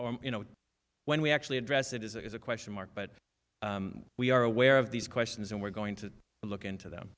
you know when we actually address it is a question mark but we are aware of these questions and we're going to look into them